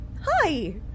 hi